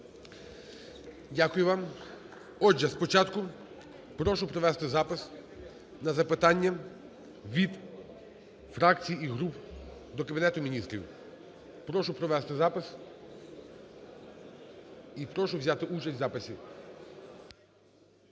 Дякую вам. Отже, спочатку прошу провести запит на запитання від фракцій і груп до Кабінету Міністрів. Прошу провести запис і прошу взяти участь в записі.